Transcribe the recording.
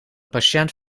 patiënt